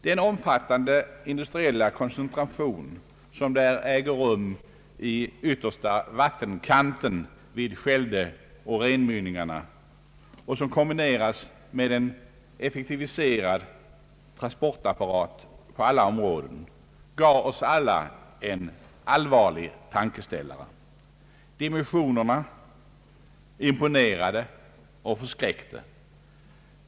Den omfattande industriella koncentration, som äger rum i yttersta vattenkanten vid Scheldeoch Rhenmynningarna och som kombinerats med en effektiviserad transportapparat på alla områden gav oss alla en allvarlig tankeställare. Dimensionerna imponerade och förskräckte.